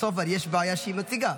בסוף יש בעיה שהיא מציגה,